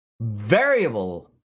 variable